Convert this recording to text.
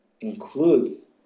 includes